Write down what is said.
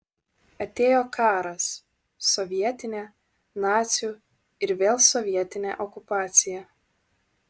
atėjo karas sovietinė nacių ir vėl sovietinė okupacija